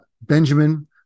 Benjamin